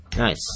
Nice